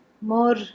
more